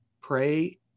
pray